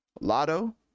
lotto